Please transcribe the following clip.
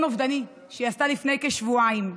אובדני שהיא עשתה לפני כשבועיים.